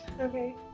okay